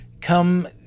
come